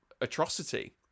atrocity